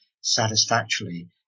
satisfactorily